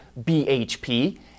BHP